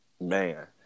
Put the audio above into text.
Man